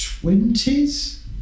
twenties